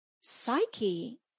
psyche